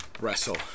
Wrestle